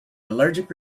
allergic